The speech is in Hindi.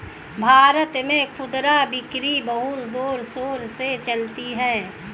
भारत में खुदरा बिक्री बहुत जोरों शोरों से चलती है